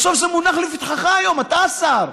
בסוף זה מונח לפתחך היום, אתה השר.